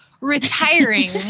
retiring